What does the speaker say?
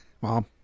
Mom